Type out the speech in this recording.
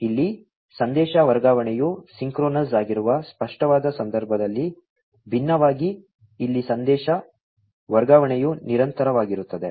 ಇಲ್ಲಿ ಸಂದೇಶ ವರ್ಗಾವಣೆಯು ಸಿಂಕ್ರೊನಸ್ ಆಗಿರುವ ಸ್ಪಷ್ಟವಾದ ಸಂದರ್ಭದಲ್ಲಿ ಭಿನ್ನವಾಗಿ ಇಲ್ಲಿ ಸಂದೇಶ ವರ್ಗಾವಣೆಯು ನಿರಂತರವಾಗಿರುತ್ತದೆ